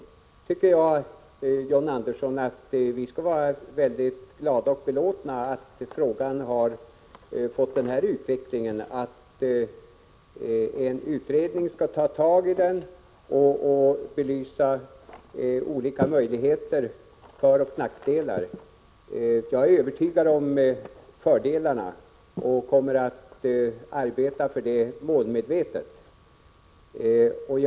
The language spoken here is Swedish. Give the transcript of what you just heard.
Jag tycker, John Andersson, att vi skall vara mycket glada och belåtna att frågan har fått denna utveckling, att en utredning skall ta tag i frågan och belysa olika möjligheter och föroch nackdelar. Jag är övertygad om fördelarna och kommer att arbeta målmedvetet för förslaget.